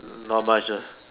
not much ah